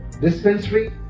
dispensary